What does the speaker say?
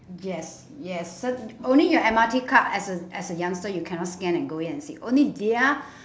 yes yes cert~ only your M_R_T card as a as a youngster you cannot scan and go in and sit only their